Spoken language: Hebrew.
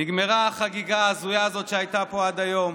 נגמרה החגיגה ההזויה הזאת שהייתה פה עד היום,